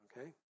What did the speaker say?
okay